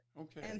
Okay